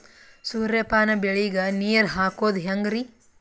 ಸೂರ್ಯಪಾನ ಬೆಳಿಗ ನೀರ್ ಹಾಕೋದ ಹೆಂಗರಿ?